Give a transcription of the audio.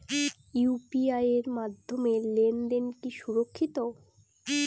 UPI এর মাধ্যমে লেনদেন কি সুরক্ষিত?